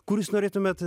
kur jūs norėtumėt